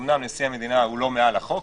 אומנם נשיא המדינה הוא לא מעל החוק,